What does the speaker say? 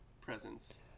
presence